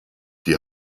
die